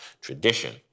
tradition